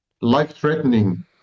life-threatening